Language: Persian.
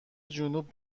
جنوب